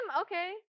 Okay